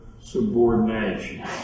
subordination